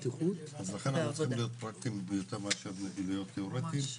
אז לכן אנחנו צריכים להיות פרקטיים יותר מאשר להיות תיאורטיים.